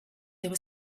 there